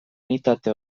unitate